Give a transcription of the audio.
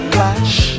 flash